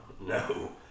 no